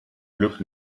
glück